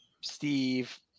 steve